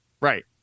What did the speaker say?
Right